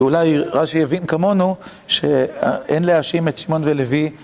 ואולי ראש יבין כמונו שאין להאשים את שמעון ולוי.